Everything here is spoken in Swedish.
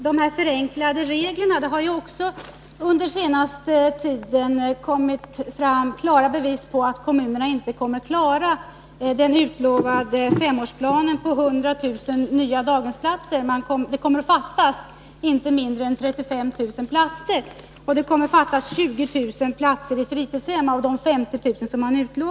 Herr talman! Beträffande frågan om förenklade regler har det också under senaste tid kommit fram klara bevis på att kommunerna inte kommer att klara den utlovade femårsplanen på 100000 nya daghemsplatser. Det kommer att fattas inte mindre än 35 000 platser. Och det kommer att fattas 20 000 platser i fritidshem av de 50 000 som utlovats.